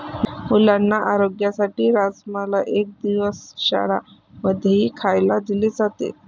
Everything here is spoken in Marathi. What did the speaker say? मुलांच्या आरोग्यासाठी राजमाला एक दिवस शाळां मध्येही खायला दिले जाते